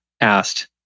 asked